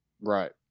right